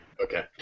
Okay